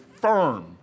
firm